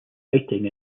fighting